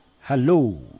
hello